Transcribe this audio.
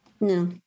No